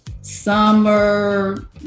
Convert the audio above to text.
summer